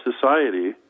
society